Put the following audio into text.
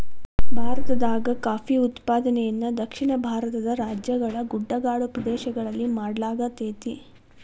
ಭಾರತದಾಗ ಕಾಫಿ ಉತ್ಪಾದನೆಯನ್ನ ದಕ್ಷಿಣ ಭಾರತದ ರಾಜ್ಯಗಳ ಗುಡ್ಡಗಾಡು ಪ್ರದೇಶಗಳಲ್ಲಿ ಮಾಡ್ಲಾಗತೇತಿ